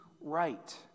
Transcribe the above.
right